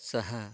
सः